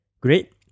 Great